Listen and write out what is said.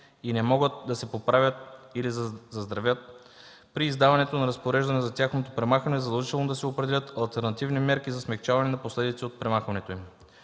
и не могат да се поправят или заздравят, при издаването на разпореждане за тяхното премахване задължително да се определят алтернативни мерки за смекчаване на последиците от премахването им.